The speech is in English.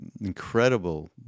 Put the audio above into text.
incredible